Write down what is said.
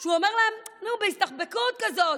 שהוא אומר להם בהסתחבקות כזאת,